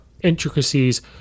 intricacies